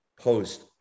post